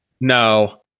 No